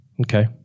okay